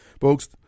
folks